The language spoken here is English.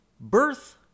birth